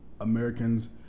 Americans